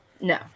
no